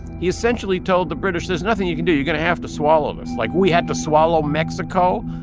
he essentially told the british, there's nothing you can do. you're going to have to swallow this, like we had to swallow mexico,